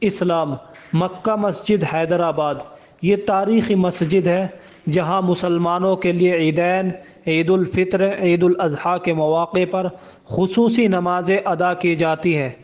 اسلام مکہ مسجد حیدرآباد یہ تاریخی مسجد ہے جہاں مسلمانوں کے لیے عیدین عید الفطر عید الاضحی کے مواقع پر خصوصی نمازیں ادا کی جاتی ہے